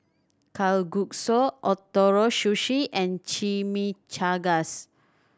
Kalguksu Ootoro Sushi and Chimichangas